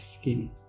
skin